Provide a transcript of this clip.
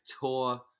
tour